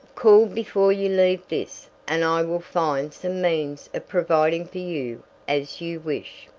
call before you leave this, and i will find some means of providing for you as you wish.